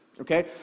Okay